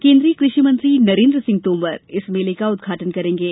केन्द्रीय कृषि मंत्री नरेन्द्र सिंह तोमर इस मेले का उदघाटन करेंगे